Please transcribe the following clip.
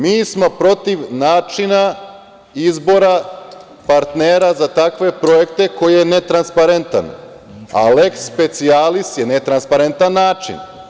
Mi smo protiv načina izbora partnera za takve projekte koji je netransparentan, a leks specijalis je netransparentan način.